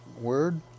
Word